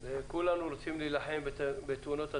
כולנו רוצים להילחם בתאונות הדרכים.